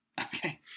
Okay